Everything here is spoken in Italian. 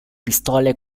pistole